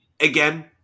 again